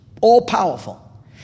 all-powerful